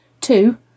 Two